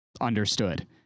understood